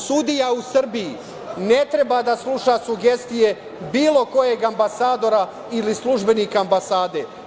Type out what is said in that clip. Sudija u Srbiji ne treba da sluša sugestije bilo kojeg ambasadora ili službenika ambasade.